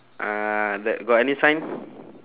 uh t~ got any sign